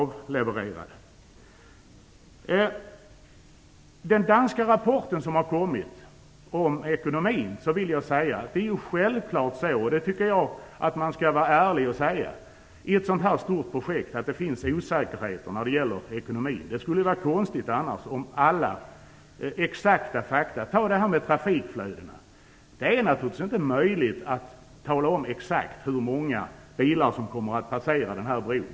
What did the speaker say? Beträffande den danska rapporten om ekonomin vill jag säga att det självklart finns - det tycker jag att man skall vara ärlig nog att säga - osäkerheter i ett sådant stort projekt. Det vore konstigt annars. Det skulle vara konstigt om exakta fakta skulle föreligga i alla avseenden. Vi kan ta trafikflödet som exempel. Det är naturligtvis inte möjligt att tala om exakt hur många bilar som kommer att passera den här bron.